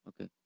Okay